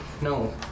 No